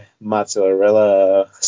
mozzarella